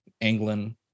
England